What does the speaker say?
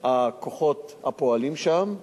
הכוחות הפועלים שם,